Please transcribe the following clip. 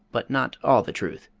but not all the truth.